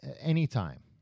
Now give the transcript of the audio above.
Anytime